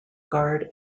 guard